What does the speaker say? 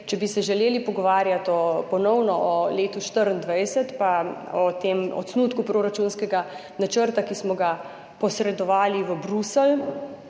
če bi se želeli ponovno pogovarjati o letu 2024 in o tem osnutku proračunskega načrta, ki smo ga posredovali v Bruselj,